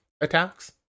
attacks